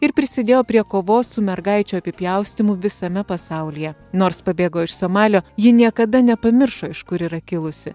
ir prisidėjo prie kovos su mergaičių apipjaustymu visame pasaulyje nors pabėgo iš somalio ji niekada nepamiršo iš kur yra kilusi